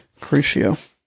Crucio